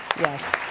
Yes